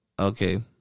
Okay